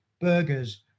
burgers